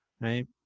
right